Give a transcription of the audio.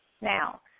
Now